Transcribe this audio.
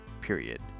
period